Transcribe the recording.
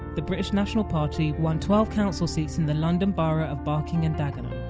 the british national party won twelve council seats in the london borough of barking and dagenham.